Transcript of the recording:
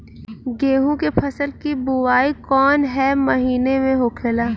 गेहूँ के फसल की बुवाई कौन हैं महीना में होखेला?